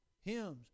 Hymns